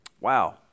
Wow